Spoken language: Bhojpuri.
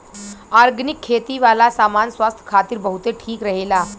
ऑर्गनिक खेती वाला सामान स्वास्थ्य खातिर बहुते ठीक रहेला